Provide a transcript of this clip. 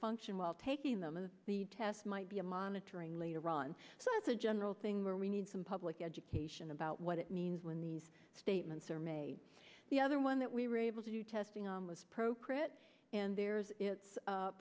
function while taking them to the test might be a monitoring later on so it's a general thing where we need some public education about what it means when these statements are made the other one that we were able to do testing on was procrit and there's its